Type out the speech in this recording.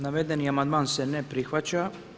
Navedeni amandman se ne prihvaća.